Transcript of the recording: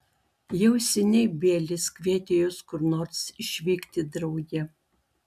jau seniai bielis kvietė juos kur nors išvykti drauge